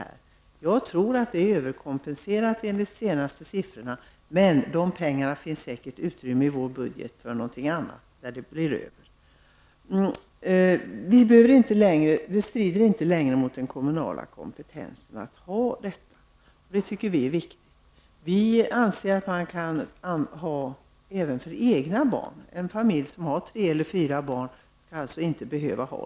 Enligt de senaste siffrorna är det nog en överkompensation, men det finns säkert utrymme för något annat för de pengar som blir över i vår budget. Den här modellen strider inte längre mot den kommunala kompetensen, och det tycker vi är viktigt. Det är alltså inte fråga om några nålpengar, utan en anställning där man får lön för vård även av egna barn.